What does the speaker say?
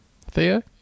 Theo